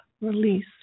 release